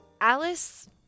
Alice